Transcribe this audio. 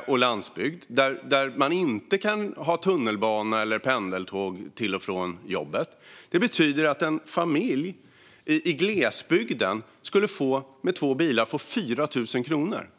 och på landsbygd, där man inte har tunnelbana eller pendeltåg till och från jobbet. Det betyder att en familj med två bilar i glesbygden skulle få 4 000 kronor.